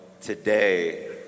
today